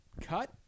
Cut